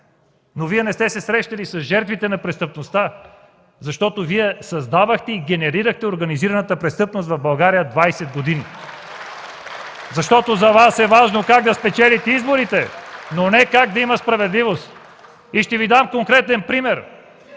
Но Вие не сте се срещали с жертвите на престъпността, защото Вие създавахте и генерирахте организираната престъпност в България 20 години! (Ръкопляскания от ГЕРБ.) За Вас е важно как да спечелите изборите, а не как да има справедливост. И ще Ви дам конкретен пример,